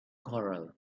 corral